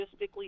logistically